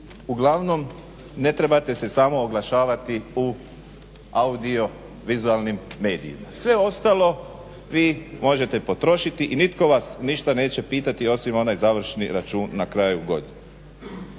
uglavnom ne trebate se samo oglašavati u audio vizualnim medijima. Sve ostalo možete potrošiti i nitko vas ništa neće pitati osim onaj završni račun na kraju godine.